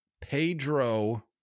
Pedro